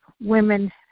women